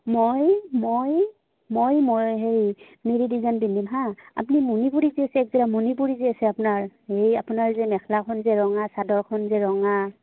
মই মই মই মই হেৰি মেৰি ডিজান পিন্ধিম হা আপুনি মণিপুৰী যে আছে একযৰা মণিপুৰী যে আছে আপোনাৰ এইেই আপোনাৰ যে মেখেলাখন যে ৰঙা চাদৰখন যে ৰঙা